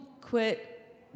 quit